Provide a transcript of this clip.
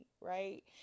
right